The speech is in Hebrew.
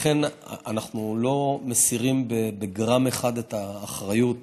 לכן אנחנו לא מסירים בגרם אחד את האחריות